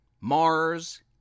Mars